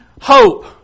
hope